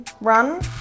run